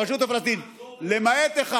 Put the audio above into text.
הרשות הפלסטינית, למעט אחד.